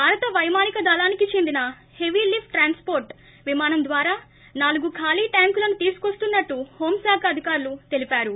భారత వైమానిక దళానికి చెందిన హెవీ లిప్ట్ ట్రాన్స్ పోర్ట్ విమానం ద్వారా నాలుగు ఖాళీ ట్యాంకులను తీసుకొస్తున్నట్లు హోం శాఖ అధికారులు తెలిపారు